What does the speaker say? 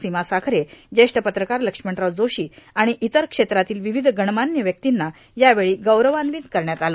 सीमा साखरे ज्येष्ठ पत्रकार लक्ष्मणराव जोशी आणि इतर क्षेत्रातील विविध गणमान्य व्यक्तींना यावेळी गौरवान्वित करण्यात आलं